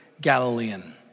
Galilean